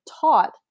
taught